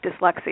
dyslexia